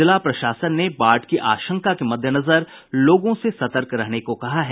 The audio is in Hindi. जिला प्रशासन ने बाढ़ की आशंका के मद्देनजर लोगों से सतर्क रहने को कहा है